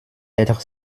être